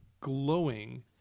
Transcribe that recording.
glowing